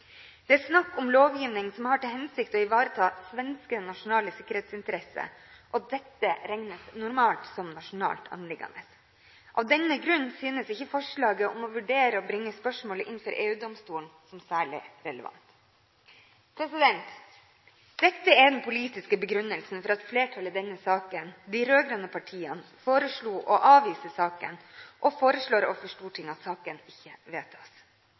Det er snakk om lovgivning som har til hensikt å ivareta svenske nasjonale sikkerhetsinteresser, og dette regnes normalt som nasjonalt anliggende. Av denne grunn finner vi ikke forslaget om å vurdere å bringe spørsmålet inn for EU-domstolen særlig relevant. Dette er den politiske begrunnelsen for at flertallet i denne saken, de rød-grønne partiene, foreslo å avvise saken og foreslår overfor Stortinget at saken ikke vedtas.